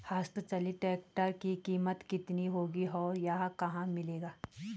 हस्त चलित ट्रैक्टर की कीमत कितनी होगी और यह कहाँ मिलेगा?